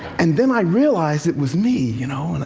and then i realized it was me, you know,